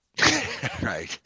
Right